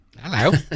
Hello